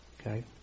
Okay